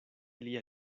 lia